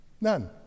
None